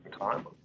time